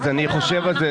אני חושב על זה.